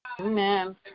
Amen